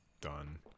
done